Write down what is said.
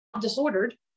disordered